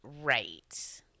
Right